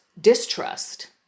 distrust